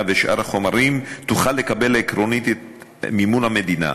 ושאר החומרים תוכל לקבל עקרונית את מימון המדינה,